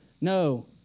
No